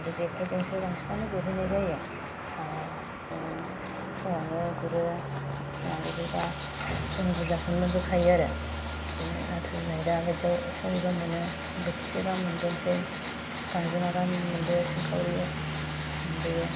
जेखायजोंसो बांसिनानो गुरहैनाय जायो थाङो जों फुङावनो गुरो फुङावनो गुरहैब्ला जों बुरजा खौनो मोनबो खायो आरो बिदिनो नाथुर जुनाय दाबायदियाव बहायबा मोनो बोथिसे गाहाम मोनबोसै गांजेमा मोनबोयो सिंखावरि मोनबोयो